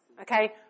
Okay